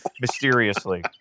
mysteriously